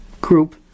group